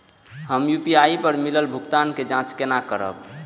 हम यू.पी.आई पर मिलल भुगतान के जाँच केना करब?